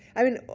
i mean,